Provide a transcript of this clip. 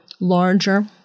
larger